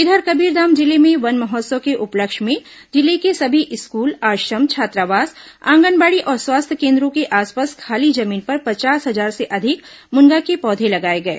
इधर कबीरधाम जिले में वन महोत्सव के उपलक्ष्य में जिले के सभी स्कूल आश्रम छात्रावास आंगनबाड़ी और स्वास्थ्य केन्द्रों के आसपास खाली जमीन पर पचास हजार से अधिक मुनगा के पौधे लगाए गए